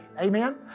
amen